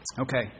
Okay